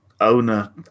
owner